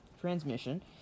transmission